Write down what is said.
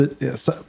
yes